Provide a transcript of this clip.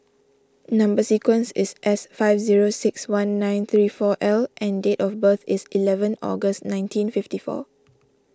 Number Sequence is S five zero six one nine three four L and date of birth is eleven August nineteen fifty four